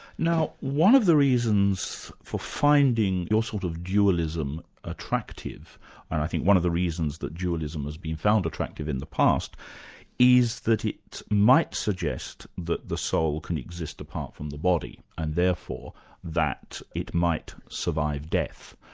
now one of the reasons for finding your sort of dualism attractive and i think one of the reasons that dualism has been found attractive in the past is that it might suggest that the soul can exist apart from the body and therefore that it might survive death.